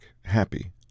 happy